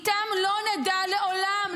איתם לא נדע לעולם,